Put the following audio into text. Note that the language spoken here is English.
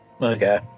Okay